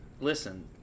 Listen